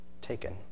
taken